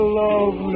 love